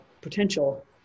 potential